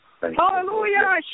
Hallelujah